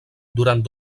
durant